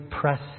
press